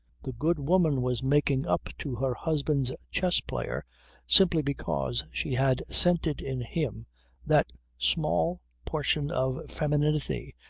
the good woman was making up to her husband's chess-player simply because she had scented in him that small portion of femininity,